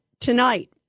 tonight